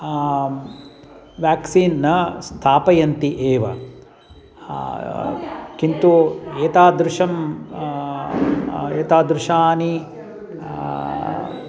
vaccine न स्थापयन्ति एव किन्तु एतादृशं एतादृशानि